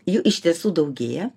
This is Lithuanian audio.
jų iš tiesų daugėja